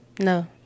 No